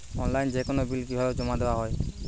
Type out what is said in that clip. অনলাইনে যেকোনো বিল কিভাবে জমা দেওয়া হয়?